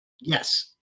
Yes